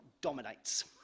dominates